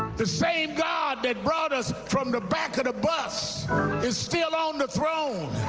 the same god that brought us from the back of the bus is still on the throne,